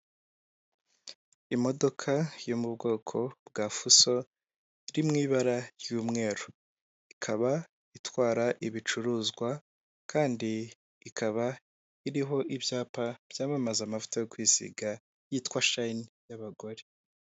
Imodoka yo mu bwoko bwa fuso iri mu ibara ry'umweru, ikaba itwara ibicuruzwa kandi ikaba iriho ibyapa byamamaza amavuta yo kwisiga yitwa shayini y'abagore.